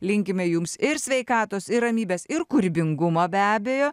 linkime jums ir sveikatos ir ramybės ir kūrybingumo be abejo